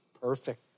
perfect